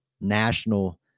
national